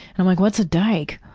i'm like, what's a dyke?